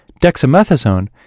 dexamethasone